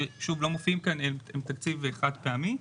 שוב, הם לא מופיעים כאן, הם תקציב חד פעמי.